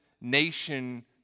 nation